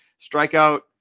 Strikeout